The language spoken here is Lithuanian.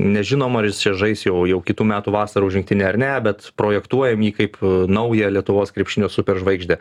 nežinom ar jis čia žais jau jau kitų metų vasarą už rinktinę ar ne bet projektuojam jį kaip naują lietuvos krepšinio super žvaigždę